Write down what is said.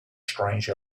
strange